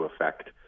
effect